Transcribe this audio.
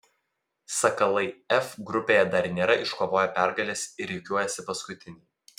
sakalai f grupėje dar nėra iškovoję pergalės ir rikiuojasi paskutiniai